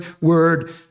word